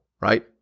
Right